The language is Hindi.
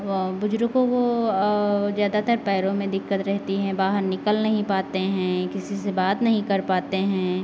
बुजुर्गों को और ज़्यादातर पैरों में दिक्कत रहती हैं बाहर निकल नहीं पाते हैं किसी से बात नहीं कर पाते हैं